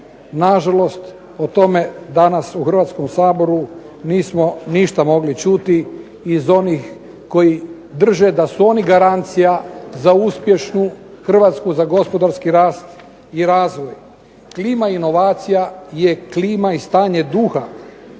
Nažalost o tome danas u Hrvatskom saboru nismo ništa mogli čuti iz onih koji drže da su oni garancija za uspješnu Hrvatsku, za gospodarski rast i razvoj. Klima inovacija je klima i stanje duha